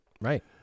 right